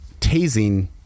tasing